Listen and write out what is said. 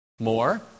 more